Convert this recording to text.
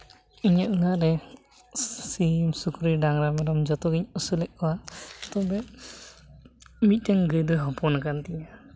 ᱤᱧᱟᱹᱜ ᱚᱲᱟᱜ ᱨᱮ ᱥᱤᱢ ᱥᱩᱠᱨᱤ ᱰᱟᱝᱨᱟ ᱢᱮᱨᱚᱢ ᱡᱚᱛᱚᱜᱤᱧ ᱟᱹᱥᱩᱞᱮᱜ ᱠᱚᱣᱟ ᱛᱚᱵᱮ ᱢᱤᱫᱴᱮᱱ ᱜᱟᱹᱭ ᱫᱚ ᱦᱚᱯᱚᱱ ᱠᱟᱱ ᱛᱤᱧᱟ